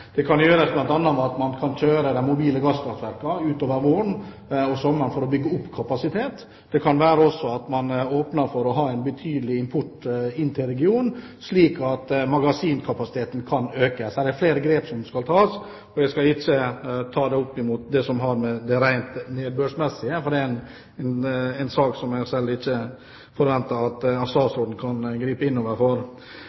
kan gjøres bl.a. ved at man kjører de mobile gasskraftverkene utover våren og sommeren for å bygge opp kapasitet. Det kan også være at man åpner for å ha en betydelig import inn til regionen, slik at magasinkapasiteten kan økes. Her er det flere grep som skal tas. Jeg skal ikke ta opp noe som har med det rent nedbørsmessige å gjøre, for det er en sak som jeg ikke forventer at statsråden kan gripe inn i. Mitt neste spørsmål er: Statsråden sier selv at